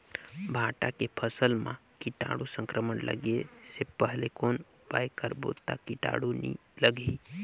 भांटा के फसल मां कीटाणु संक्रमण लगे से पहले कौन उपाय करबो ता कीटाणु नी लगही?